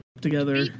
together